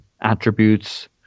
attributes